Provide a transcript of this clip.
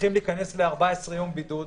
צריכים להיכנס ל-14 יום בידוד,